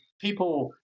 people